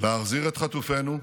להחזיר את חטופינו,